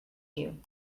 you